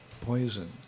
poison